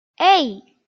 hey